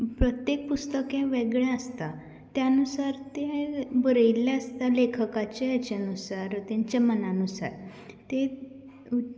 प्रत्येक पुस्तक हें वेगळें आसता त्या नुसार तें बरयल्ले आसता लेखकाच्या हेज्या नुसार तेंच्या मना नुसार तें